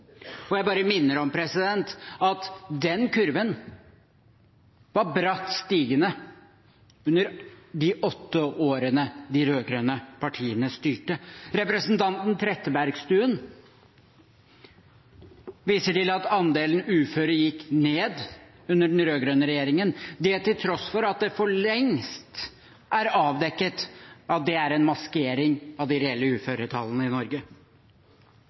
uførevedtak. Jeg bare minner om at den kurven var bratt stigende under de åtte årene de rød-grønne partiene styrte. Representanten Trettebergstuen viser til at andelen uføre gikk ned under den rød-grønne regjeringen, til tross for at det for lengst er avdekket at det er en maskering av de reelle uføretallene i Norge.